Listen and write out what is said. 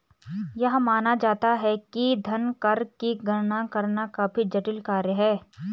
यह माना जाता है कि धन कर की गणना करना काफी जटिल कार्य है